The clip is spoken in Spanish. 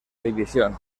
división